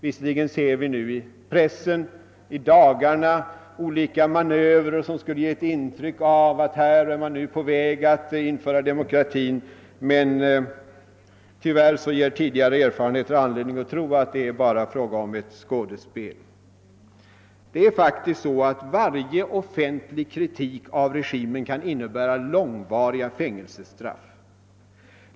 Visserligen ser vi i dagarna uppgifter i pressen om olika manövrer som skulle ge ett intryck av att man nu är på väg att införa demokrati, men tyvärr ger tidigare erfarenheter anledning att tro att det bara är fråga om ett skådespel. Varje offentlig kritik av regimen kan innebära «långvariga =«:fängelsestraff.